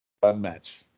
One-match